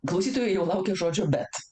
klausytojai jau laukia žodžio bet